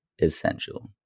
essential